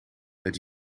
het